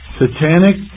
satanic